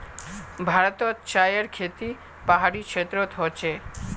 भारतोत चायर खेती पहाड़ी क्षेत्रोत होचे